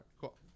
cool